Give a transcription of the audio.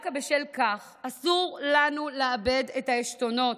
דווקא בשל כך אסור לנו לאבד את העשתונות,